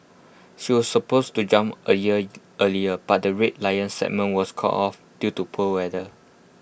she was supposed to jump A year earlier but the Red Lions segment was called off due to poor weather